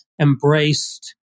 embraced